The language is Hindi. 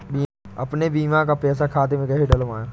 अपने बीमा का पैसा खाते में कैसे डलवाए?